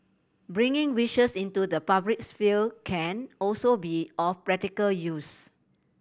bringing wishes into the public sphere can also be of practical use